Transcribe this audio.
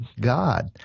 God